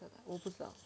我不知道